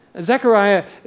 Zechariah